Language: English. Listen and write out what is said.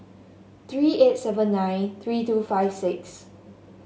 three eight seven nine three two five six